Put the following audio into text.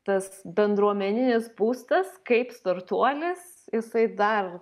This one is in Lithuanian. tas bendruomeninis būstas kaip startuolis jisai dar